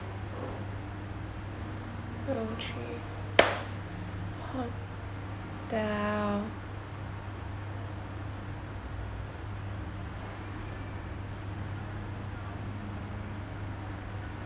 two three hotel